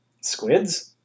Squids